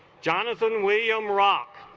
jonathan william rock